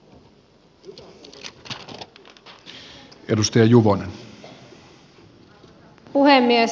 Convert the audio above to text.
arvoisa puhemies